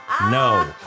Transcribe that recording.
no